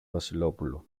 βασιλόπουλο